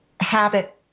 habit